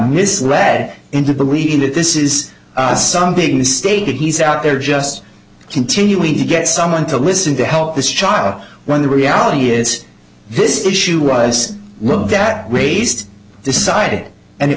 misled into believing that this is some big mistake that he's out there just continuing to get someone to listen to help this child when the reality is this issue was that raised decided and it